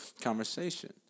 conversation